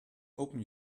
open